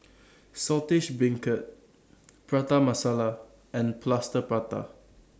Saltish Beancurd Prata Masala and Plaster Prata